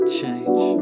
change